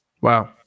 Wow